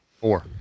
Four